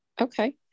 Okay